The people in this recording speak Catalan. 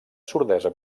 sordesa